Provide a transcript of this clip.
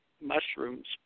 mushrooms